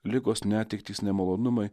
ligos netektys nemalonumai